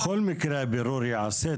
בכל מקרה הבירור ייעשה,